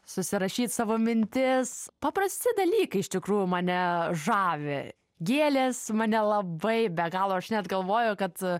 susirašyt savo mintis paprasti dalykai iš tikrųjų mane žavi gėlės mane labai be galo aš net galvoju kad